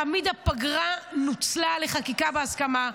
תמיד הפגרה נוצלה לחקיקה בהסכמה.